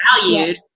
valued